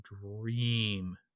dream